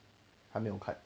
还没有看